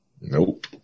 Nope